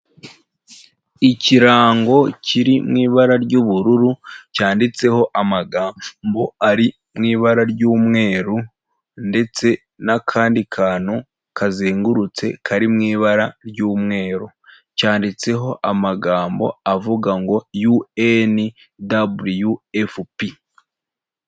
Ikirango kiri mu ibara ry'ubururu cyanditseho amagambo ari mu ibara ry'umweru ndetse n'akandi kantu kazengurutse kari mu ibara ry'umweru, cyanditseho amagambo avuga ngo UN WFP.